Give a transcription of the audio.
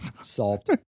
solved